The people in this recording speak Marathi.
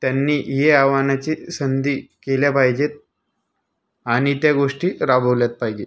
त्यांनी या आव्हानाची संधी केल्या पाहिजेत आणि त्या गोष्टी राबवल्यात पाहिजेत